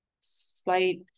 slight